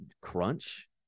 crunch